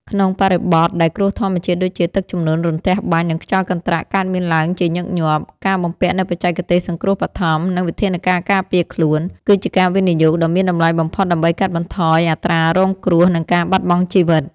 ក្នុងបរិបទដែលគ្រោះធម្មជាតិដូចជា ទឹកជំនន់ រន្ទះបាញ់ និងខ្យល់កន្ត្រាក់កើតមានឡើងជាញឹកញាប់ ការបំពាក់នូវបច្ចេកទេសសង្គ្រោះបឋម និងវិធានការការពារខ្លួន គឺជាការវិនិយោគដ៏មានតម្លៃបំផុតដើម្បីកាត់បន្ថយអត្រារងគ្រោះ និងការបាត់បង់ជីវិត។